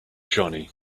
johnny